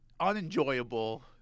unenjoyable